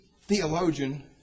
theologian